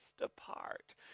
apart